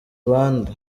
bande